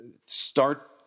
start